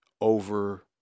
over